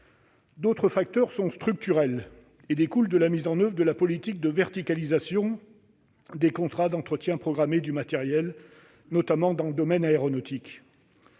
D'autres sont structurels et découlent de la mise en oeuvre de la politique de verticalisation des contrats d'entretien programmé des matériels, notamment dans le domaine aéronautique.